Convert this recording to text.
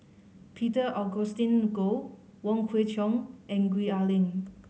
Peter Augustine Goh Wong Kwei Cheong and Gwee Ah Leng